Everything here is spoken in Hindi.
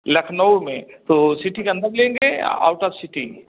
लखनऊ में तो सिटी के अंदर लेंगे आ आउट ऑफ़ सिटी